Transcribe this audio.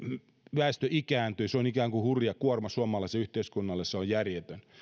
väestö ikääntyy se on ikään kuin hurja kuorma suomalaiselle yhteiskunnalle on järjetön